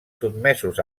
sotmesos